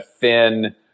thin